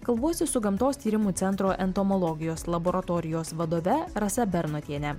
kalbuosi su gamtos tyrimų centro entomologijos laboratorijos vadove rasa bernotiene